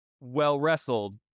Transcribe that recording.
well-wrestled